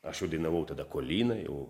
aš jau dainavau tada koliną jau